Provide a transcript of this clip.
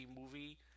movie